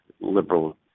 liberal